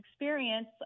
experience